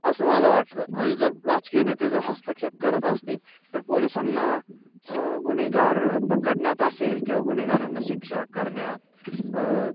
असं मला वाटतं आणि जर राजकीय नेते जर हस्तक्षेप करत असतील तर पोलिसांना गुन्हेगार पकडण्यात असेल किंवा गुन्हेगारांना शिक्षा करण्यात